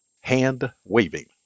Hand-waving